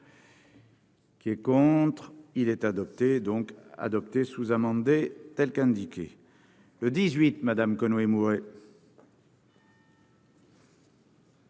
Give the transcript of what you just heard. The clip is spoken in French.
Qui est contre, il est adopté, donc adopter, sous-amendé, telle qu'indiquée, le 18 Madame Conway Mouret.